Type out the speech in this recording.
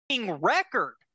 record